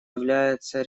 являются